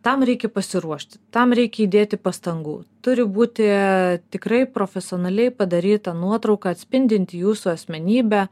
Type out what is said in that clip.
tam reikia pasiruošti tam reikia įdėti pastangų turi būti tikrai profesionaliai padaryta nuotrauka atspindinti jūsų asmenybę